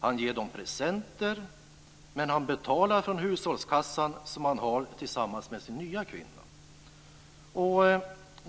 Han ger dem presenter, men han betalar från hushållskassan som han har tillsammans med sin nya kvinna.